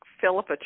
Philip